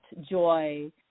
joy